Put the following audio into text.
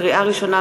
לקריאה ראשונה,